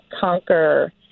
conquer